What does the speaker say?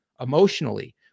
emotionally